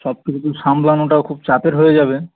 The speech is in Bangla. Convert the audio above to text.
সব কিছু সামলানোটাও খুব চাপের হয়ে যাবে